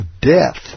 death